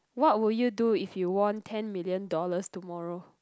what would you do if you won ten million dollars tomorrow